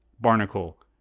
barnacle